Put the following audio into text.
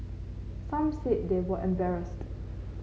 some said they were embarrassed